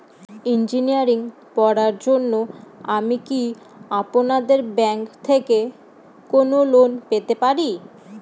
Engineering পড়ার জন্য আমি কি আপনাদের ব্যাঙ্ক থেকে কোন লোন পেতে পারি?